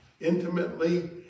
intimately